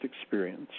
experience